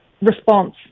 Response